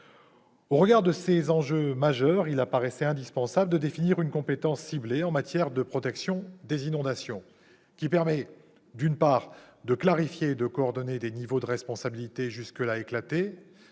Au regard de ces enjeux majeurs, il paraissait indispensable de définir une compétence ciblée en matière de protection contre les inondations ; une compétence qui permette, d'une part, de clarifier et de coordonner des niveaux de responsabilités jusque-là éclatées-